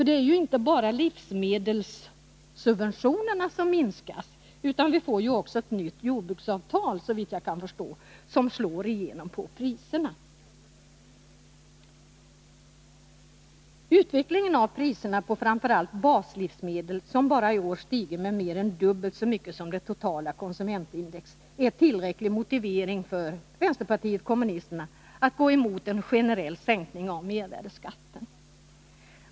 Det är ju inte bara livsmedelssubventionerna som minskar utan vi får också ett nytt jordbruksavtal som — såvitt jag kan förstå — ger prishöjningar. Utvecklingen av priserna på framför allt baslivsmedel, som bara i år har stigit mer än dubbelt så mycket som det totala konsumentprisindex, är tillräcklig motivering för vänsterpartiet kommunisterna att gå emot en generell sänkning av mervärdeskatten.